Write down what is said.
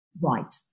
Right